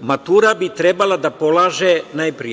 maturu bi trebalo da polaže